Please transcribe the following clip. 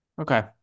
okay